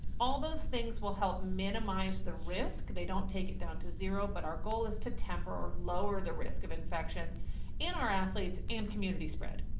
all those things will help minimize the risk, they don't take it down to zero but our goal is to temporally lower the risk of infection in our athletes and community spread.